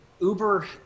Uber